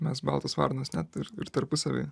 mes baltos varnos net ir ir tarpusavyje